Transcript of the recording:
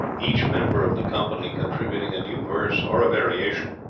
each member of the company contributing a new verse or a variation,